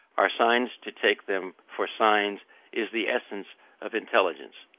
are signs to take them for signs is the essence of intelligence.